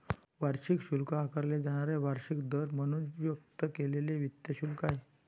वार्षिक शुल्क आकारले जाणारे वार्षिक दर म्हणून व्यक्त केलेले वित्त शुल्क आहे